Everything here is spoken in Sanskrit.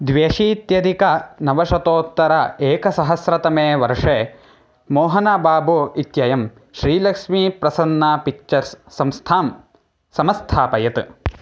द्व्यशीत्यधिकनवशतोत्तर एकसहस्रतमे वर्षे मोहनबाबु इत्ययं श्रीलक्ष्मीप्रसन्ना पिक्चर्स् संस्थां संस्थापयत्